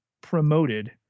promoted